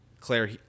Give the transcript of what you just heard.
Claire